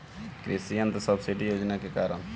कृषि यंत्र सब्सिडी योजना के कारण?